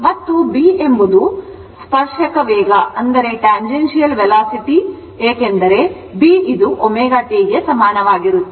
ಮತ್ತು B ಎಂಬುದು ಸ್ಪರ್ಶಕ ವೇಗ ಏಕೆಂದರೆ B ωt ಗೆ ಸಮಾನವಾಗಿರುತ್ತದೆ